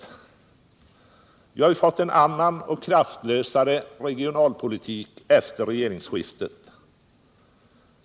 Vi har efter regeringsskiftet fått en annan och kraftlösare regionalpolitik.